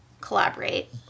collaborate